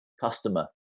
customer